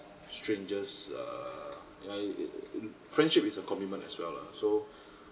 strangers err ya it it it friendship is a commitment as well lah so